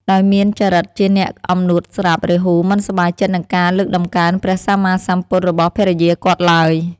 ដោយមានចរិតជាអ្នកអំនួតស្រាប់ រាហូមិនសប្បាយចិត្តនឹងការលើកតម្កើងព្រះសម្មាសម្ពុទ្ធរបស់ភរិយាគាត់ឡើយ។